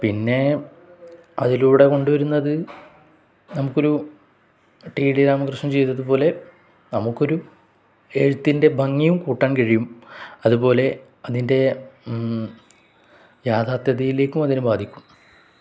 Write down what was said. പിന്നെ അതിലൂടെ കൊണ്ടുവരുന്നത് നമുക്കൊരു ടിഡി രാമകൃഷ്ണൻ ചെയ്തതു പോലെ നമുക്കൊരു എഴുത്തിൻ്റെ ഭംഗിയും കൂട്ടാൻ കഴിയും അതുപോലെ അതിൻ്റെ യാഥാർത്ഥതയിലേക്കും അതിനെ ബാധിക്കും